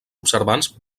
observants